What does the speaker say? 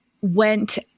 went